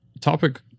topic